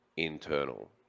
internal